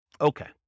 Okay